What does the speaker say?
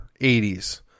80s